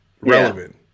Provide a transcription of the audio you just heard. relevant